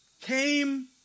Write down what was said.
came